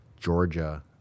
georgia